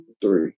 three